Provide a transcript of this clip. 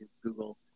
Google